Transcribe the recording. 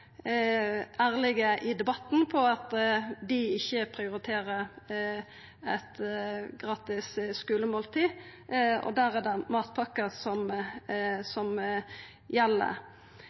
ærlege i debatten om at dei ikkje prioriterer eit gratis skulemåltid. Der er det matpakka som gjeld.